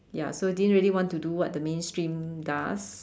ya so didn't really want to do what the mainstream does